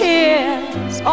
Tears